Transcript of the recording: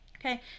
Okay